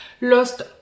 lost